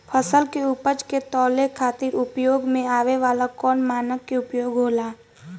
फसल के उपज के तौले खातिर उपयोग में आवे वाला कौन मानक के उपयोग होला?